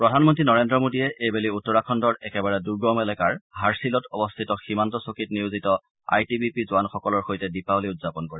প্ৰধানমন্ত্ৰী নৰেন্দ্ৰ মোডীয়ে এইবেলি উত্তৰাখণ্ডৰ একেবাৰে দুৰ্গম এলেকাৰ হাৰ্ছিলত অৱস্থিত সীমান্ত চকীত নিয়োজিত আই টি বি পি জোৱানসকলৰ সৈতে দীপাবলী উদযাপন কৰে